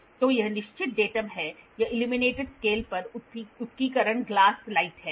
तो यह निश्चित डेटम है यह इल्यूमिनेटड स्केल पर उत्कीर्णन ग्लास लाइट है